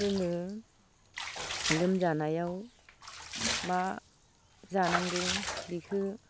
जोङो लोमजानायाव मा जानांगौ बेखौ